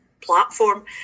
platform